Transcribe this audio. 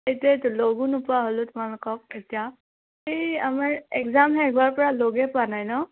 এতিয়া লগো নোপোৱা হ'লো তোমালোকক এতিয়া এই আমাৰ এগজাম শেষ হোৱাৰ পৰা লগেই পোৱা নাই ন